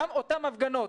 גם אותן הפגנות,